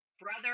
brother